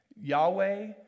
Yahweh